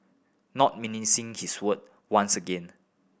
not mincing his word once again